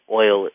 oil